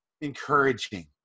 encouraging